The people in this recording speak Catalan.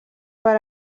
per